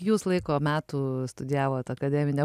jūs laiko metų studijavot akademinę